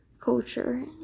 culture